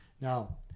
Now